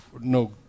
no